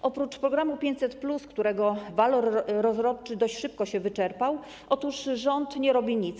Otóż oprócz programu 500+, którego walor rozrodczy dość szybko się wyczerpał, rząd nie robi nic.